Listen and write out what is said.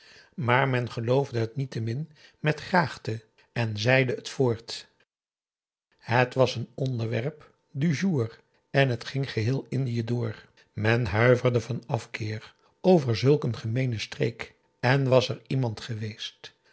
maar men geloofde het niettemin met graagte en zeide het voort het was een onderwerp du jour en het ging geheel indië door men huiverde van afkeer over zulk een gemeenen streek en was er iemand geweest